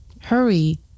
Hurry